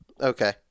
Okay